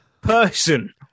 Person